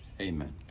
Amen